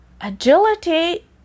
agility